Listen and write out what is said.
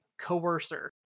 coercer